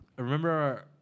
Remember